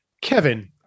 Kevin